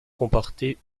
comporter